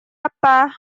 apa